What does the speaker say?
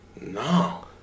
No